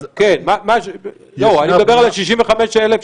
אני מדבר על ה-65,000,